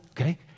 okay